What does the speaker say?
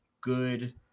good